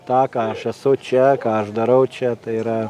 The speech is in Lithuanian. tą ką aš esu čia ką aš darau čia tai yra